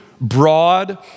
broad